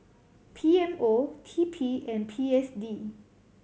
P M O T P and P S D